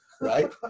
right